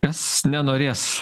kas nenorės